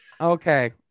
okay